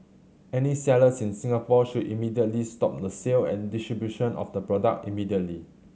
any sellers in Singapore should immediately stop the sale and distribution of the product immediately